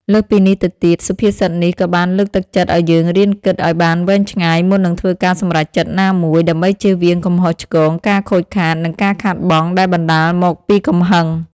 លើសពីនេះទៅទៀត សុភាសិតនេះក៏បានលើកទឹកចិត្តឱ្យយើងរៀនគិតឱ្យបានវែងឆ្ងាយមុននឹងធ្វើការសម្រេចចិត្តណាមួយ ដើម្បីចៀសវាងកំហុសឆ្គង ការខូចខាត និងការខាតបង់ដែលបណ្ដាលមកពីកំហឹង។